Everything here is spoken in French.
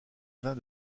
vins